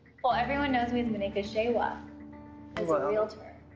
well, everyone knows me as maneka shewa, as a a realtor.